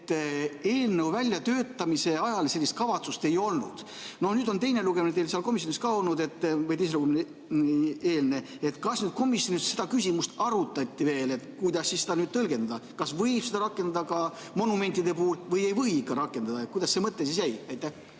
aga eelnõu väljatöötamise ajal sellist kavatsust ei olnud. Nüüd on teine lugemine teil seal komisjonis ka olnud või selle eelne, kas komisjonis seda küsimust arutati veel, et kuidas seda tõlgendada? Kas võib seda rakendada ka monumentide puhul või ei või ikka rakendada, kuidas see mõte siis jäi? Aitäh!